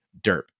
Derp